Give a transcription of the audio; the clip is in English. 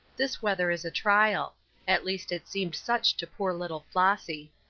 this weather is a trial at least it seemed such to poor little flossy.